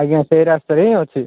ଆଜ୍ଞା ସେଇ ରାସ୍ତାରେ ହିଁ ଅଛି